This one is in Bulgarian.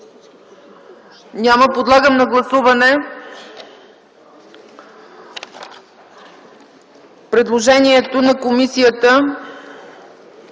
Няма. Подлагам на гласуване предложението на комисията